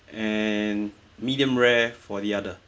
and medium rare for the other